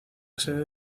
sede